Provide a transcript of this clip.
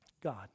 God